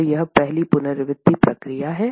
तो यह पहली पुनरावृत्ति प्रक्रिया है